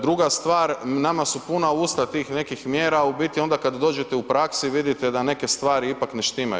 Druga stvar, nama su puna usta tih nekih mjera, a u biti onda kad dođete u praksi, vidite da neke stvari ipak ne štimaju.